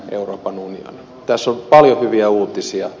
tässä on paljon hyviä uutisia